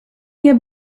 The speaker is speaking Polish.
nie